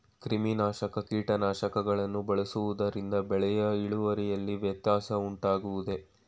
ಕ್ರಿಮಿನಾಶಕ ಕೀಟನಾಶಕಗಳನ್ನು ಬಳಸುವುದರಿಂದ ಬೆಳೆಯ ಇಳುವರಿಯಲ್ಲಿ ವ್ಯತ್ಯಾಸ ಉಂಟಾಗುವುದೇ?